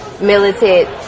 militant